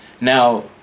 Now